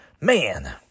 man